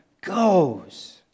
goes